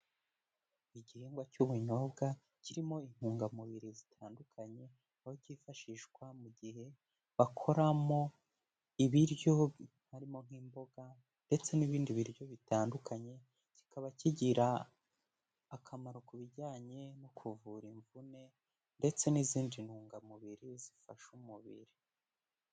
Igihingwa cy'ubunyobwa kirimo intungamubiri zitandukanye, aho cyifashishwa mu gihe bakoramo ibiryo harimo nk'imboga ndetse n'ibindi biryo bitandukanye, kikaba kigira akamaro ku bijyanye no kuvura imvune ndetse n'izindi ntungamubiri zifasha umubiri.